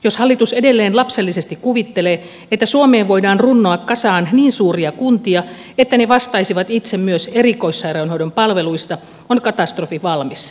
jos hallitus edelleen lapsellisesti kuvittelee että suomeen voidaan runnoa kasaan niin suuria kuntia että ne vastaisivat itse myös erikoissairaanhoidon palveluista on katastrofi valmis